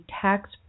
tax